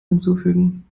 hinzufügen